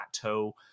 plateau